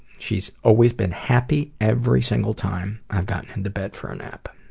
she's always been happy every single time i've gotten into bed for a nap.